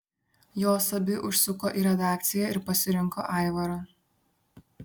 jos abi užsuko į redakciją ir pasirinko aivarą